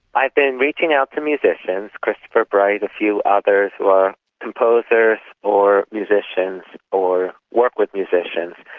i've been reaching out to musicians, christopher bright, a few others who are composers or musicians or work with musicians,